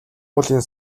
уулын